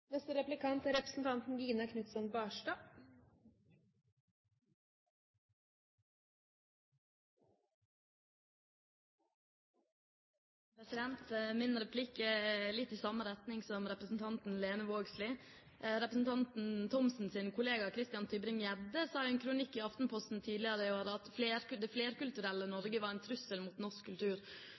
Min replikk er litt i samme retning som replikken til Lene Vågslid. Representanten Thomsens kollega, Christian Tybring-Gjedde, sa i en kronikk i Aftenposten tidligere i år at det flerkulturelle Norge var en trussel mot norsk kultur.